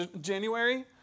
January